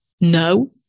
No